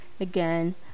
again